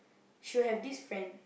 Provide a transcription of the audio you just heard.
she'll have this friend